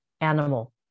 animal